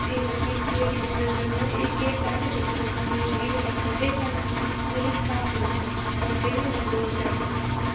एह् मतलव कि एह् जेह्ड़े टूरिज़म न एह् केह् इफैक्ट करदे साढ़ी रिवर ग्रीनरी गी करदे इफैक्ट मेरे हिसाब कन्नै करदे बी हैन व नेंई बी करदे